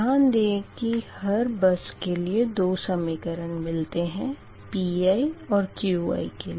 ध्यान दें कि हर बस के लिए दो समीकरण मिलते हैं Piand Qi के लिए